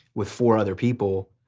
with four other people,